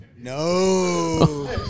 No